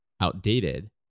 outdated